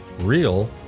Real